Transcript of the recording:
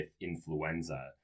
influenza